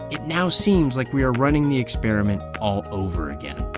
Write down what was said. it now seems like we are running the experiment all over again